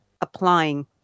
applying